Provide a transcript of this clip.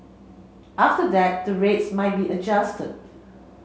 after that the rates might be adjusted